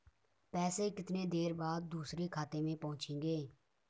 पैसे कितनी देर बाद दूसरे खाते में पहुंचेंगे?